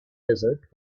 desert